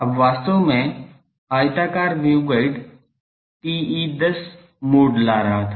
अब वास्तव में आयताकार वेवगाइड TE10 मोड ला रहा था